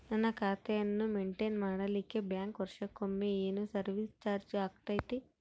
ನನ್ನ ಖಾತೆಯನ್ನು ಮೆಂಟೇನ್ ಮಾಡಿಲಿಕ್ಕೆ ಬ್ಯಾಂಕ್ ವರ್ಷಕೊಮ್ಮೆ ಏನು ಸರ್ವೇಸ್ ಚಾರ್ಜು ಹಾಕತೈತಿ?